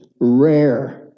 Rare